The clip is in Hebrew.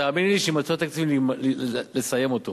תאמיני לי שיימצאו התקציבים לסיים אותו